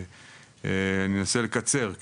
אני מנסה לקצר,